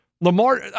Lamar